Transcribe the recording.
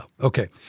okay